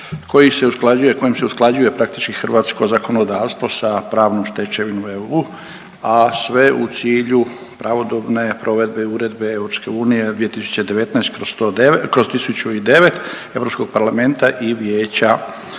kojim se usklađuje praktički hrvatsko zakonodavstvo sa pravnom stečevinom EU, a sve u cilju pravodobne provedbe Uredbe EU 2019/1009 Europskog parlamenta i Vijeća od